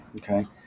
Okay